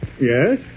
Yes